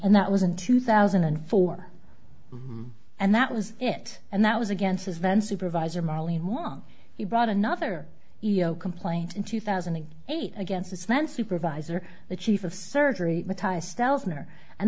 and that was in two thousand and four and that was it and that was against his then supervisor marlene mong he brought another complaint in two thousand and eight against this man supervisor the chief of surgery